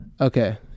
Okay